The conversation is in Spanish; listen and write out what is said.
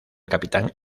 capitán